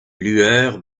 lueurs